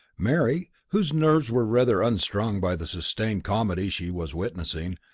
mary, whose nerves were rather unstrung by the sustained comedy she was witnessing,